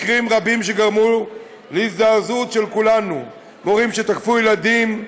מקרים רבים שגרמו להזדעזעות של כולנו: מורים שתקפו ילדים,